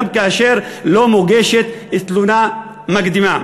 גם כאשר לא מוגשת תלונה מקדימה.